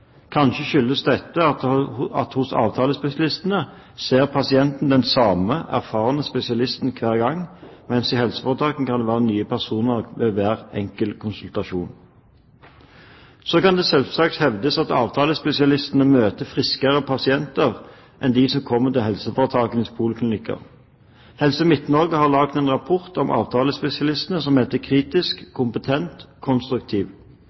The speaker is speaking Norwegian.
Kanskje skyldes dette at hos avtalespesialistene ser pasienten den samme erfarne spesialisten hver gang, mens i helseforetakene kan det være nye personer ved hver enkelt konsultasjon. Så kan det selvsagt hevdes at avtalespesialistene møter friskere pasienter enn man gjør ved helseforetakenes poliklinikker. Helse Midt-Norge har laget en rapport om avtalespesialistene som heter «Kritisk. Kompetent. Konstruktiv.».